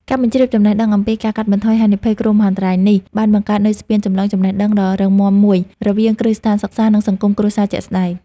ការបញ្ជ្រាបចំណេះដឹងអំពី ការកាត់បន្ថយហានិភ័យគ្រោះមហន្តរាយ នេះ បានបង្កើតនូវស្ពានចម្លងចំណេះដឹងដ៏រឹងមាំមួយរវាងគ្រឹះស្ថានសិក្សា និងសង្គមគ្រួសារជាក់ស្ដែង។